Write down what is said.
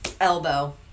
elbow